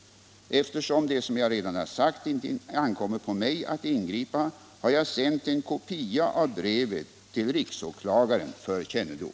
Eftersom det, som jag redan har sagt, inte ankommer på mig att ingripa har jag sänt en kopia av brevet till riksåklagaren för kännedom.